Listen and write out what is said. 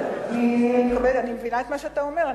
בסדר, אני מבינה את מה שאתה אומר.